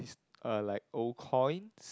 is uh like old coin